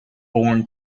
born